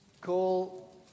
call